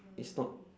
it's not